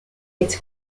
its